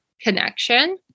connection